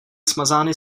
smazány